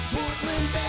Portland